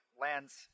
lands